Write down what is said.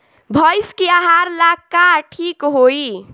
भइस के आहार ला का ठिक होई?